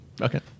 Okay